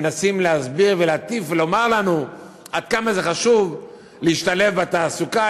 שמנסים להסביר ולהטיף ולומר לנו עד כמה זה חשוב להשתלב בתעסוקה,